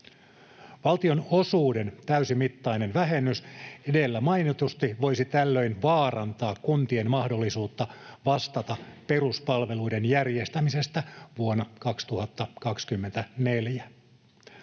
Valtionosuuden täysimittainen vähennys edellä mainitusti voisi tällöin vaarantaa kuntien mahdollisuutta vastata peruspalveluiden järjestämisestä vuonna 2024.